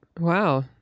Wow